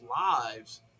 lives